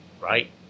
right